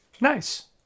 Nice